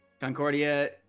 Concordia